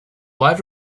live